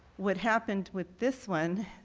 what happened with this one,